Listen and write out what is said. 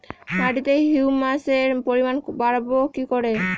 মাটিতে হিউমাসের পরিমাণ বারবো কি করে?